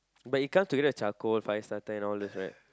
but it come together with charcoal Firestarter and all these right